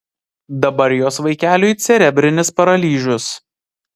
dabar jos vaikeliui cerebrinis paralyžius